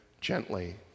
Gently